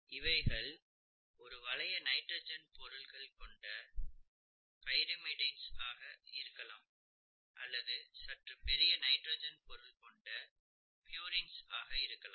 இவைகள் ஒரு வளைய நைட்ரஜன் பொருட்கள் கொண்ட பிரிமிடின்ஸ் ஆக இருக்கலாம் அல்லது சற்று பெரிய நைட்ரஜன் பொருட்கள் கொண்டு புறின்ஸ் ஆக இருக்கலாம்